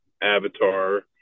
Avatar